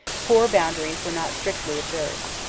corps' boundaries were not strictly observed.